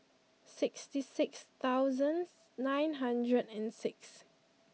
sixty six thousands nine hundred and six